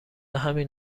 همین